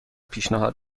پیشنهاد